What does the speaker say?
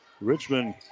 Richmond